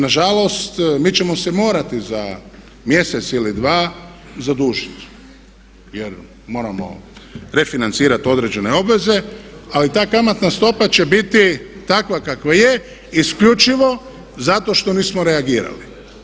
Nažalost mi ćemo se morati za mjesec ili dva zadužit, jer moramo refinancirati određene obveze ali ta kamatna stopa će biti takva kakva je isključivo zato što nismo reagirali.